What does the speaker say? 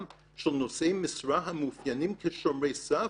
של נושאי משרה המאופיינים כשומרי סף,